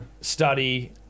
study